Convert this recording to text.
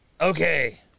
Okay